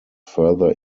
further